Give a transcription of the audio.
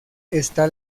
está